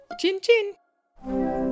Chin-chin